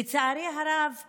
לצערי הרב,